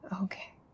Okay